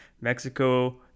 Mexico